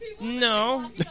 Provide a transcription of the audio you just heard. no